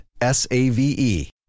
S-A-V-E